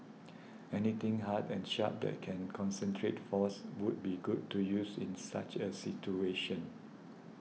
anything hard and sharp that can concentrate force would be good to use in such a situation